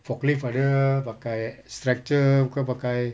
forklift ada pakai stretcher ke pakai